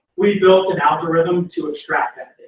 we built an algorithm to extract that